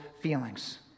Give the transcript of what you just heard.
feelings